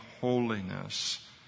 holiness